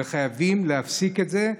וחייבים להפסיק את זה,